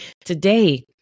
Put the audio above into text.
Today